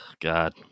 God